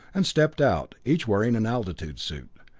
and stepped out, each wearing an altitude suit.